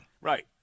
Right